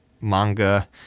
manga